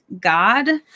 God